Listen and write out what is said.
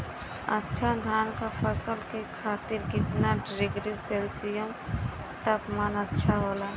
अच्छा धान क फसल के खातीर कितना डिग्री सेल्सीयस तापमान अच्छा होला?